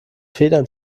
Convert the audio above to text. federn